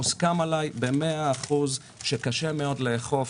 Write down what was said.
מוסכם עליי במאת האחוזים שקשה מאוד לאכוף,